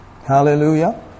Hallelujah